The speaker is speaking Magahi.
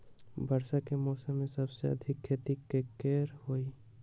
वर्षा के मौसम में सबसे अधिक खेती केकर होई?